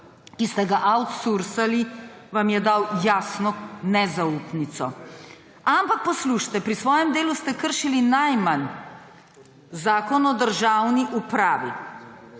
ki sta ga outsourcingali, vam je dal jasno nezaupnico. Ampak poslušajte, pri svojem delu ste kršili najmanj Zakon o državni upravi,